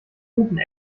guten